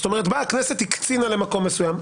זאת אומרת, הכנסת הקצינה למקום מסוים.